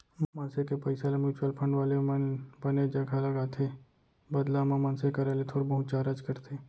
मनसे के पइसा ल म्युचुअल फंड वाले मन बने जघा लगाथे बदला म मनसे करा ले थोर बहुत चारज करथे